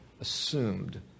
assumed